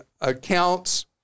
accounts